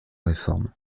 réforme